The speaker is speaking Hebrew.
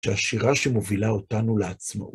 שהשירה שמובילה אותנו לעצמאות.